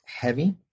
heavy